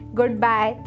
goodbye